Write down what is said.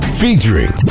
featuring